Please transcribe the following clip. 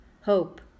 hope